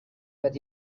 that